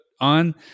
on